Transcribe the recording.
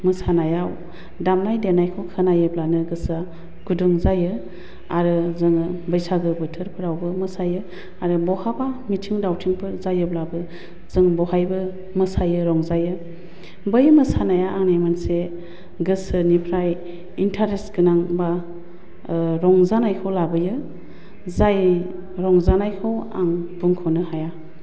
मोसानायाव दामनाय देनायखौ आं खोनायोब्लानो गोसोआ गुदुं जायो आरो जोङो बैसागु बोथोरफ्रावबो मोसायो आरो बहाबा मिथिं दावथिंफोर जायोब्लाबो जों बहायबो मोसायो रंजायो बै मोसानाया आंनि मोनसे गोसोनिफ्राय इन्टारेस्ट गोनां बा रंजानायखौ लाबोयो जाय रंजानायखौ आं बुंख'नो हाया